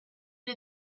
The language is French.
est